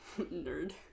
Nerd